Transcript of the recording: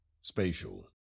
Spatial